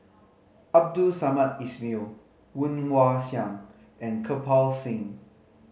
Abdul Samad Ismail Woon Wah Siang and Kirpal Singh